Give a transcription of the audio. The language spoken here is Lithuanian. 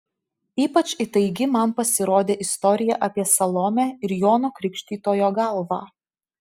ypač įtaigi man pasirodė istorija apie salomę ir jono krikštytojo galvą